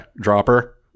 dropper